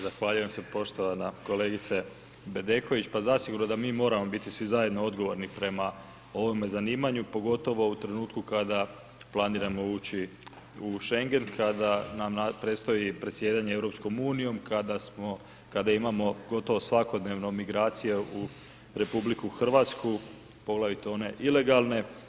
Zahvaljujem se poštovana kolegice Bedeković, pa zasigurno da mi moramo biti svi zajedno odgovorni prema ovome zanimanju pogotovo u trenutku kada planiramo ući u Schengen, kada nam predstoji predsjedanje EU, kada smo, kada imamo gotovo svakodnevno migracije u RH, poglavito one ilegalne.